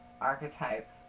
archetype